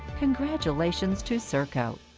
congratulations to serco.